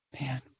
man